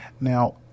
Now